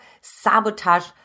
sabotage